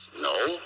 No